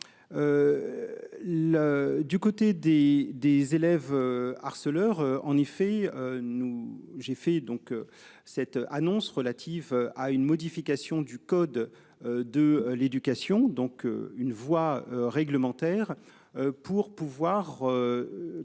du côté des des élèves harceleurs. En effet nous j'ai fait donc cette annonce relatifs à une modification du code de l'éducation. Donc une voie réglementaire pour pouvoir.